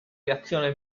reazione